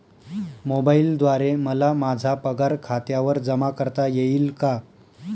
मोबाईलद्वारे मला माझा पगार खात्यावर जमा करता येईल का?